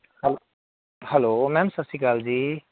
hello hello ma'am Sat Sri Akal ਜੀ